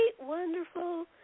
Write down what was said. wonderful